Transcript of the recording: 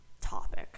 topic